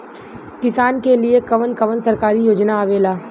किसान के लिए कवन कवन सरकारी योजना आवेला?